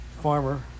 farmer